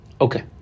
Okay